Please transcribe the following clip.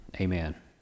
Amen